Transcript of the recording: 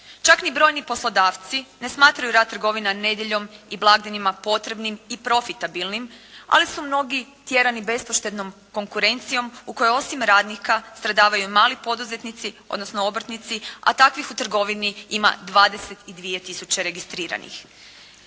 Čak ni brojni poslodavci ne smatraju rad trgovina nedjeljom i blagdanima potrebnim i profitabilnim, ali su mnogi tjerani bespoštednom konkurencijom u kojoj osim radnika stradavaju mali poduzetnici, odnosno obrtnici, a takvih u trgovini ima 22 tisuće registriranih.